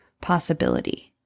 possibility